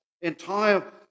entire